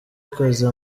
ikoze